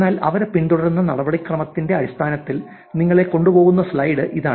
എന്നാൽ അവർ പിന്തുടരുന്ന നടപടിക്രമത്തിന്റെ അടിസ്ഥാനത്തിൽ നിങ്ങളെ കൊണ്ടുപോകുന്ന സ്ലൈഡ് ഇതാണ്